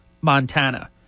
Montana